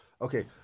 Okay